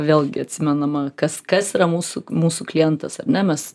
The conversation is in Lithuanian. vėlgi atsimenama kas kas yra mūsų mūsų klientas ar ne mes